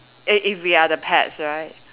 eh if we are the pets right